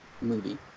movie